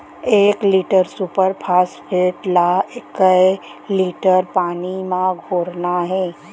एक litre super phosphate ला कए लीटर पानी मा घोरना हे?